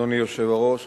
אדוני היושב-ראש,